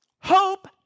Hope